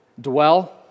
Dwell